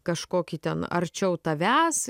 kažkokį ten arčiau tavęs